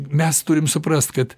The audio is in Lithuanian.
mes turim suprast kad